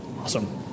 Awesome